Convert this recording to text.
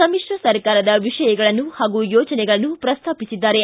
ಸಮಿಶ್ರ ಸರ್ಕಾರದ ವಿಷಯಗಳನ್ನು ಪಾಗೂ ಯೋಜನೆಗಳನ್ನು ಪ್ರಸ್ತಾಪಿಸಿದ್ದಾರೆ